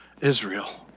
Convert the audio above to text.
Israel